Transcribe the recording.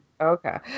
Okay